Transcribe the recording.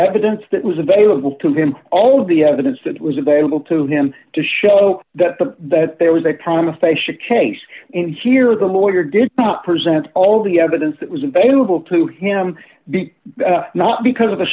evidence that was available to him all the evidence that was available to him to show that the that there was a comma facia case in here the lawyer did present all the evidence that was available to him be not because of